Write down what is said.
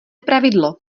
pravidlo